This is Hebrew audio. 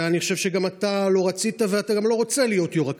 ואני גם חושב שאתה לא רצית ואתה גם לא רוצה להיות יו"ר הכנסת.